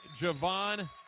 Javon